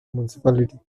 municipality